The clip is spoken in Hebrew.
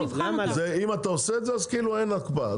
זה אם אתה עושה את זה אז כאילו אין הקפאה.